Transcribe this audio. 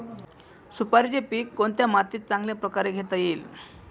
सुपारीचे पीक कोणत्या मातीत चांगल्या प्रकारे घेता येईल?